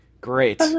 Great